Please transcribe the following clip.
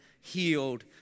healed